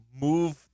move